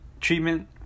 treatment